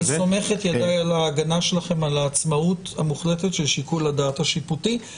אני מתנצל על העיכוב הלא שגרתי אצלנו בפתיחת הדיון.